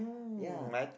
ya